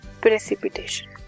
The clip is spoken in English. Precipitation